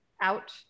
out